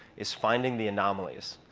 is finding the anomalies,